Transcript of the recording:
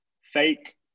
fake